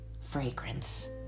fragrance